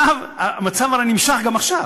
המצב הרי נמשך גם עכשיו.